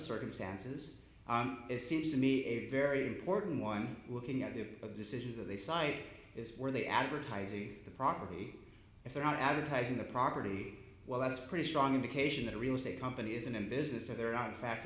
circumstances it seems to me a very important one looking at the of decisions that they cite is where they advertise in the property if they're advertising the property well as pretty strong indication that a real estate company isn't in business or there are in fact